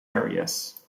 areas